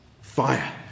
Fire